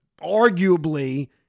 Arguably